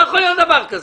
לא יכול להיות דבר כזה.